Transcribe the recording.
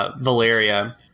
Valeria